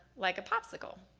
like a popsicle.